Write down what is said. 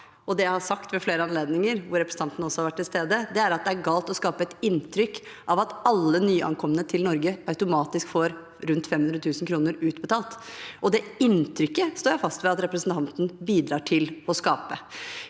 det jeg har sagt ved flere anledninger hvor representanten også har vært til stede, er at det er galt å skape et inntrykk av at alle nyankomne til Norge automatisk får rundt 500 000 kr utbetalt. Det inntrykket står jeg fast ved at representanten bidrar til å skape.